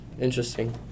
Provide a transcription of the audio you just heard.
interesting